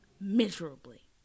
miserably